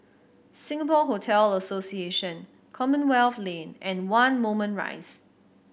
Singapore Hotel Association Commonwealth Lane and One Moulmein Rise